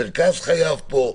מרכז חייו פה.